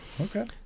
Okay